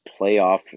playoff